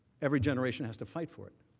every generation has to fight for it.